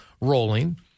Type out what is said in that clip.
rolling